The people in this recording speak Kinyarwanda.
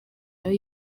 nawe